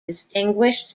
distinguished